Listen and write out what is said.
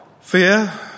Fear